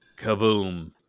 Kaboom